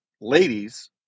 ladies